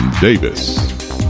Davis